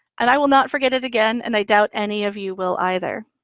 and i will not forget it again, and i doubt any of you will either.